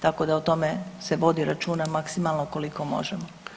Tako da o tome se vodi računa maksimalno koliko možemo.